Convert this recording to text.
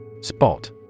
Spot